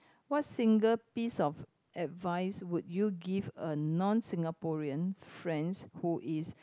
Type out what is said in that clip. what single piece of advice would you give a non Singaporean friends who is